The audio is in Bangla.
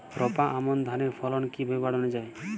রোপা আমন ধানের ফলন কিভাবে বাড়ানো যায়?